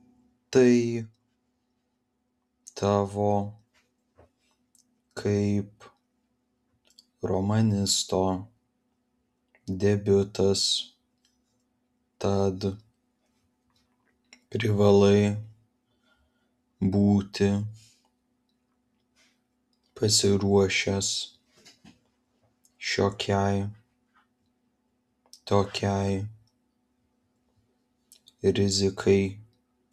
tai tavo kaip romanisto debiutas tad privalai būti pasiruošęs šiokiai tokiai rizikai